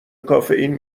کافئین